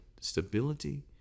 stability